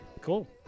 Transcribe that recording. Cool